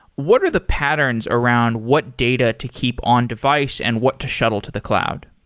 what are the patterns around what data to keep on device and what to shuttle to the cloud?